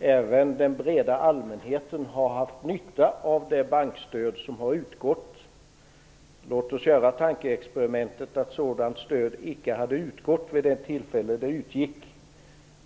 även den breda allmänheten har haft nytta av det bankstöd som har utgått. Låt oss göra tankeexperimentet att ett sådant stöd icke hade utgått vid det tillfälle det utgick.